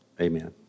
Amen